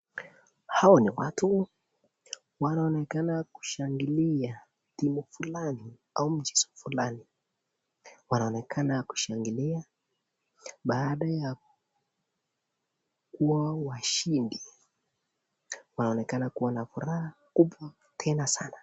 Hawa ni watu, wanaonekana kushangilia timu fulani au mchezo fulani. Wanaonekana kushangilia baada ya kuwa washindi. Wanaonekana kuwa na furaha uku tena sana.